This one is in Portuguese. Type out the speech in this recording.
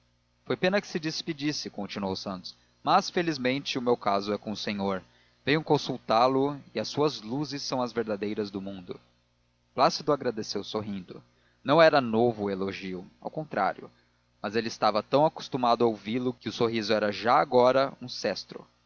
foi pena que se despedisse continuou santos mas felizmente o meu caso é com o senhor venho consultá lo e as suas luzes são as verdadeiras do mundo plácido agradeceu sorrindo não era novo o elogio ao contrário mas ele estava tão acostumado a ouvi-lo que o sorriso era já agora um sestro